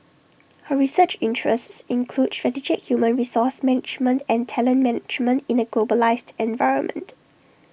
her research interests include strategic human resource management and talent management in A globalised environment